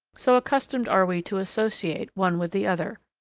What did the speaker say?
so accustomed are we to associate one with the other.